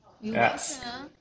Yes